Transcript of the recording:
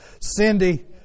Cindy